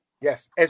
yes